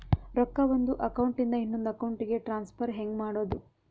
ರೊಕ್ಕ ಒಂದು ಅಕೌಂಟ್ ಇಂದ ಇನ್ನೊಂದು ಅಕೌಂಟಿಗೆ ಟ್ರಾನ್ಸ್ಫರ್ ಹೆಂಗ್ ಮಾಡೋದು?